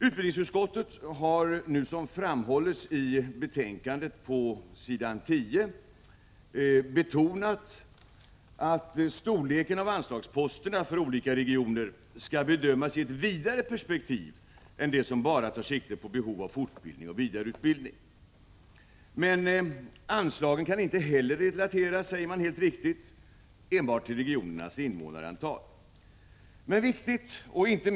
Utbildningsutskottet har, som framgår av skrivningen på s. 10 i betänkande 26, betonat att storleken av anslagsposterna för olika regioner skall bedömas i ett vidare perspektiv än det som bara tar sikte på behov av fortbildning och vidareutbildning. Anslagen kan inte heller enbart relateras till regionernas invånarantal, säger utskottet helt riktigt.